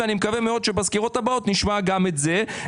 ואני מקווה מאוד שבסקירות הבאות נשמע גם את זה.